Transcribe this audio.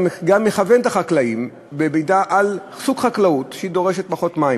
וגם יכוון את החקלאים לסוג חקלאות שדורשת פחות מים,